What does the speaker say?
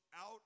out